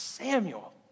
Samuel